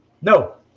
no